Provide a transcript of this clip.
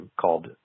called